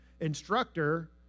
instructor